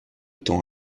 temps